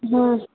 हाँ